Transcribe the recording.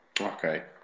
okay